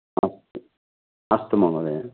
अस्तु अस्तु महोदय